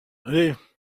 les